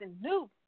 new